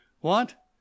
What